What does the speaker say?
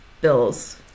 bills